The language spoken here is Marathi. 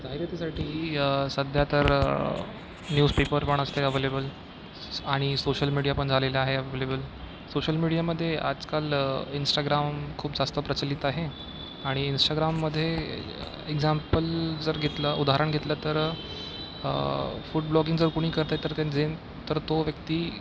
जाहिरातीसाठी सध्यातर न्यूजपेपर पण असते ॲव्हेलेबल आणि सोशल मीडिया पण झालेला आहे ॲव्हेलेबल सोशल मीडियामध्ये आजकाल इन्स्टाग्राम खूप जास्त प्रचलित आहे आणि इन्स्टाग्राममध्ये एक्झाम्पल जर घेतलं उदाहरण घेतलं तर फूड ब्लॉगिंग जर कुणी करत आहे तर तेन्झेन तर तो व्यक्ती